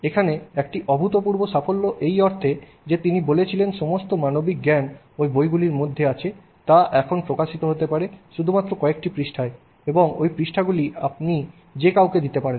এখানে একটি অভূতপূর্ব সাফল্য এই অর্থে যে তিনি বলেছিলেন সমস্ত মানবিক জ্ঞান ওই বইগুলির মধ্যে আছে তা এখন প্রকাশিত হতে পারে শুধুমাত্র কয়েকটি পৃষ্ঠায় এবং ওই পৃষ্ঠাগুলি আপনি যে কাউকে দিতে পারেন